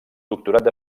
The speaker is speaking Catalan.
doctorat